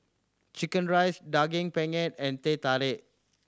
chicken rice Daging Penyet and Teh Tarik